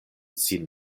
sin